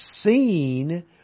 seen